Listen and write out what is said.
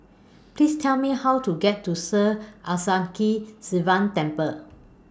Please Tell Me How to get to Sri Sivan Temple